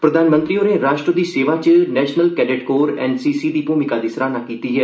प्रधानमंत्री होरें राश्ट्र दी सेवा च National Cadet Corps N C C दी भूमिका दी सराहना कीती ऐ